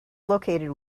located